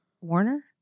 Warner